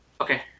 okay